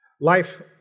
Life